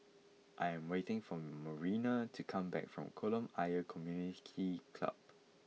I am waiting for Marina to come back from Kolam Ayer Community Club